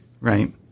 right